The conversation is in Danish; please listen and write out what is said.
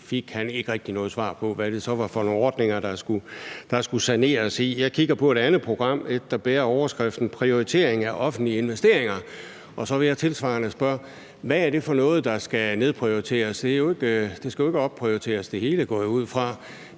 fik ikke rigtig noget svar på, hvad det så var for nogen ordninger, der skulle saneres i. Jeg kigger på et andet program – et, der bærer overskriften »Offentlige investeringer skal prioriteres« – og så vil jeg tilsvarende spørge: Hvad er det for noget, der skal nedprioriteres? Det hele skal jo ikke opprioriteres, går jeg ud fra.